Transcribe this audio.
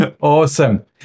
awesome